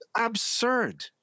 absurd